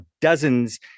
dozens